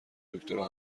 دکترا